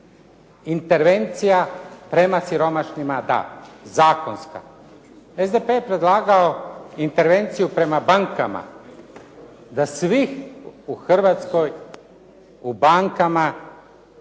Intervencija prema siromašnima da, zakonska. SDP je predlagao intervenciju prema bankama da svi u Hrvatskoj u bankama